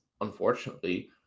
unfortunately